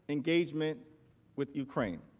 engagement with ukraine.